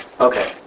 Okay